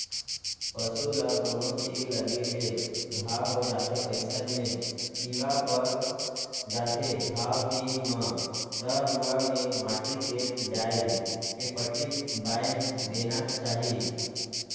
पसू ल कोनो तीर लगे ले घांव हो जाथे अइसन में कीरा पर जाथे घाव तीर म त रुआ में माटी तेल डायल के पट्टी बायन्ध देना चाही